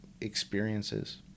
experiences